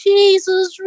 Jesus